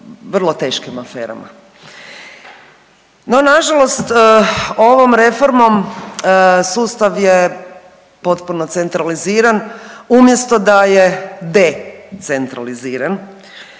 vrlo teškim aferama. No nažalost ovom reformom sustav je potpuno centraliziran umjesto da je de centraliziran,